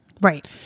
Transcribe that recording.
Right